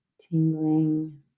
tingling